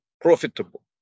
profitable